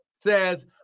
says